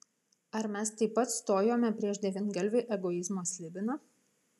ar mes taip pat stojome prieš devyngalvį egoizmo slibiną